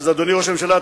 אז אדוני ראש הממשלה,